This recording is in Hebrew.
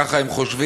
ככה הם חושבים,